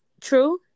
True